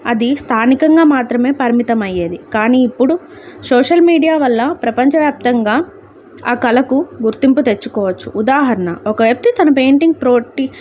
అది స్థానికంగా మాత్రమే పరిమితంమయ్యేది కానీ ఇప్పుడు సోషల్ మీడియా వల్ల ప్రపంచవ్యాప్తంగా ఆ కళకు గుర్తింపు తెచ్చుకోవచ్చు ఉదాహరణ ఒక వ్యక్తి తన పెయింటింగ్ ప్రోటీ